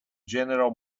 general